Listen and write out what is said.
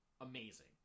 amazing